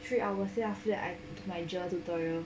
three hours then after that I do my J_E_R tutorial